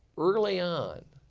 early on,